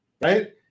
Right